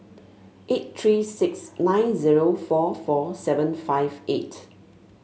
eight three six nine zero four four seven five eight